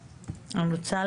מגידיש,